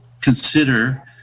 consider